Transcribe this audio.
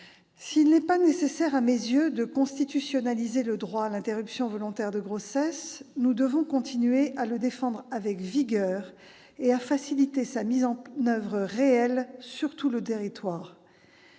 S'il n'est pas nécessaire, à mes yeux, de constitutionnaliser le droit à l'interruption volontaire de grossesse, nous devons continuer à le défendre avec vigueur et à faciliter sa mise en oeuvre réelle sur tout le territoire.